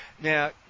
Now